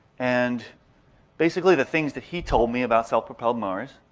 and basically the things that he told me about self-propelled mowers,